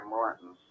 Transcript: Martin